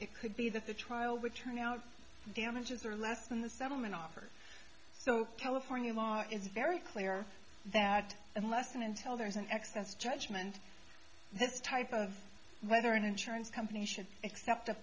it could be that the trial would turn out damages or less than the settlement offer so california law is very clear that unless and until there is an excess judgment this type of whether an insurance company should accept